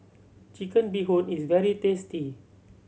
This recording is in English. Chicken Bee Hoon is very tasty